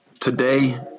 today